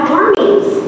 armies